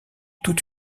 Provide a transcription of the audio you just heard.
toute